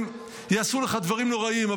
הם יעשו לך דברים נוראיים.